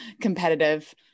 competitive